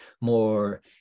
more